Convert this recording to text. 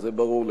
זה ברור לגמרי.